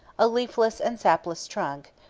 a leafless and sapless trunk,